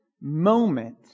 moment